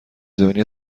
زمینی